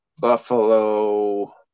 Buffalo